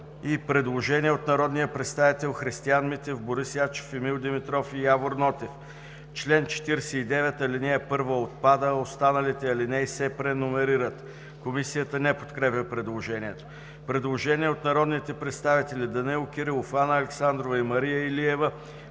и предложение от народните представители Христиан Митев, Борис Ячев, Емил Димитров и Явор Нотев: „В чл. 49 ал. 1 отпада. Останалите алинеи се преномерират.“. Комисията не подкрепя предложението. Предложение от народните представители Данаил Кирилов, Анна Александрова и Мария Илиева.